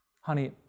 Honey